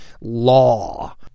law